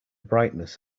brightness